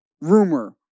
rumor